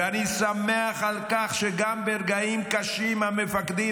ואני שמח על כך שגם ברגעים קשים המפקדים